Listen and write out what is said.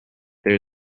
there